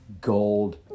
gold